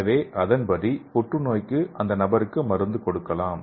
எனவே அதன்படி புற்றுநோய்க்கு அந்த நபருக்கு மருந்து கொடுக்கலாம்